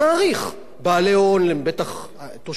בטח תושבים זרים שבאים ומשקיעים,